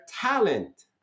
talent